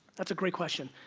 that's a great question.